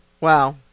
Wow